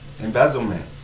Embezzlement